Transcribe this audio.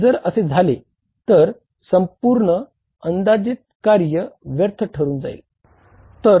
आणि जर असे झाले तर संपूर्ण अंदाजित कार्य व्यर्थ ठरून जाईल